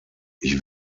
ich